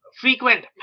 frequent